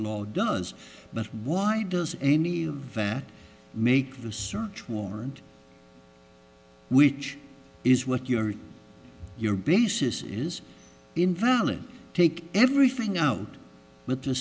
law does but why does any of that make the search warrant which is what you are your basis is invalid take everything out with the